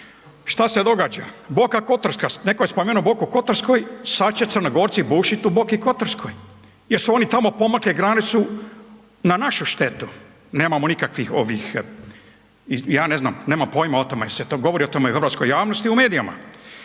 šta se događa? Boka Kotarska, neko je spomenuo Boku Kotorsku sada će Crnogorci bušiti u Boki Kotorskoj jer su oni tamo pomakli granicu na našu štetu. Ja nemam pojma o tome, jel se govori o tome u hrvatskoj javnosti i u medijima?